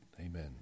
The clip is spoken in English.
Amen